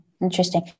interesting